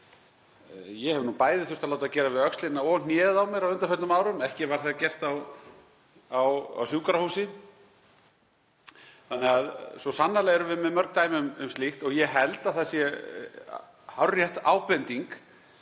Ég hef nú bæði þurfti að láta gera við öxlina og hnéð á mér á undanförnum árum og ekki var það gert á sjúkrahúsi. Þannig að svo sannarlega erum við með mörg dæmi um slíkt. Ég held að það sé hárrétt ábending